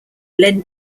lend